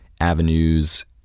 avenues